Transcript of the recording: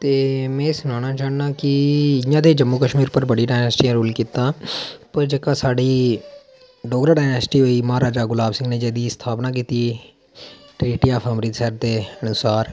ते में सनाना चाह्न्नां कि इं'या ते जम्मू कश्मीर च बड़ी डाइनासिटियें रूल कीते दा पर जेह्का साढ़ी डोगरा डाइनीसिटी होई जेह्दा कि महाराजा गुलाब सिंह नै स्थापना कीती ट्रीटी ऑफ अमृतसर दे अनुसार